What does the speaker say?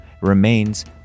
remains